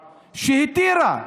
שהתירה,